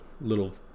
little